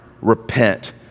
repent